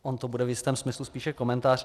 On to bude v jistém smyslu spíše komentář.